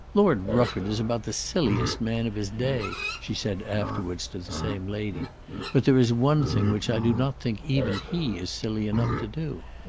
lord rufford is about the silliest man of his day, she said afterwards to the same lady but there is one thing which i do not think even he is silly enough to do.